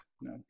no